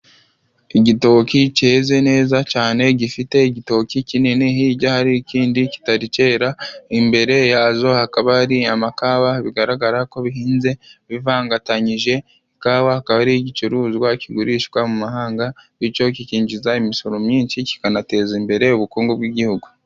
Igitoki cyeze neza cyane gifite igitoki kinini hirya hari ikindi kitari cyera, imbere yazo hakaba hari amakawa bigaragara ko bihinze bivangatanyije. Ikawa akaba ari igicuruzwa kigurishwa mu mahanga bityo kikinjiza imisoro myinshi kikanateza imbere ubukungu bw'igihugu.